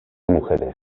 mujeres